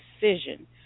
decision